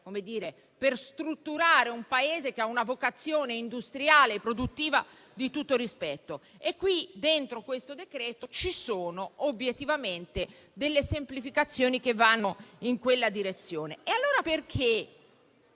per strutturare un Paese che ha una vocazione industriale e produttiva di tutto rispetto. All'interno di questo decreto ci sono, obiettivamente, delle semplificazioni che vanno in quella direzione. E allora perché